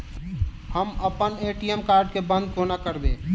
हम अप्पन ATM card केँ बंद कोना करेबै?